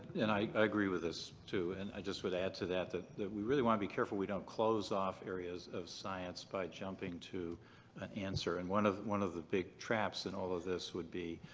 and i agree with this too and i just would add to that that that we really want to be careful we don't close off areas of science by jumping to an answer and one of one of the big traps in all of this would be,